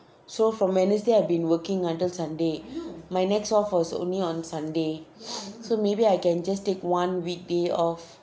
so from wednesday I've been working until sunday my next off was only on sunday so maybe I can just take one weekday off